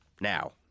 Now